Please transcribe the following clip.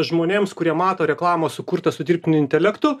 žmonėms kurie mato reklamą sukurtą su dirbtiniu intelektu